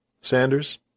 Sanders